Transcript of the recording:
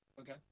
Okay